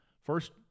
First